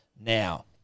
Now